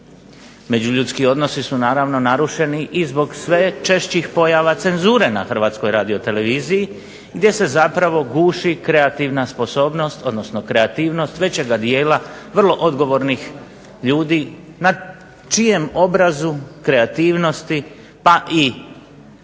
Međuljudski odnosi su naravno narušeni i zbog sve češćih pojava cenzure na Hrvatskoj radioteleviziji gdje se zapravo guši kreativna sposobnost, odnosno kreativnost većega dijela vrlo odgovornih ljudi na čijem obrazu kreativnosti pa i do